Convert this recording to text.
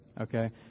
okay